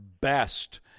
best